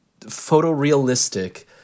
photorealistic